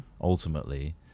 ultimately